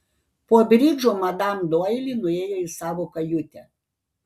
po bridžo madam doili nuėjo į savo kajutę